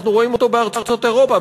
אנחנו רואים אותו בארצות אירופה,